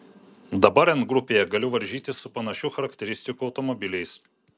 dabar n grupėje galiu varžytis su panašių charakteristikų automobiliais